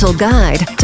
guide